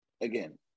Again